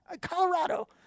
Colorado